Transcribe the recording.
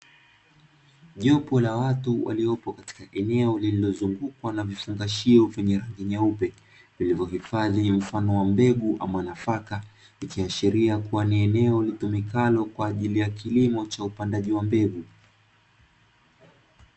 Jopo la watu waliopo katika eneo lililozungukwa na vifungashio vyenye rangi nyeupe, vilivyohifadhi mfano wa mbegu ama nafaka ikiashiria kuwa ni eneo litumikalo kwa ajili ya kilimo cha upandaji wa mbegu.